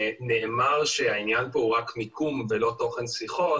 נאמר שהעניין פה הוא רק מיקום ולא תוכן שיחות,